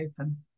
open